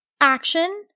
action